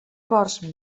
porcs